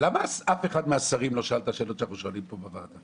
למה אף אחד מהשרים לא שאל את השאלות שאנחנו שואלים פה בוועדה?